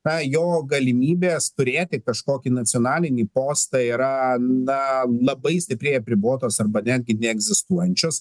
na jo galimybės turėti kažkokį nacionalinį postą yra na labai stipriai apribotos arba netgi neegzistuojančios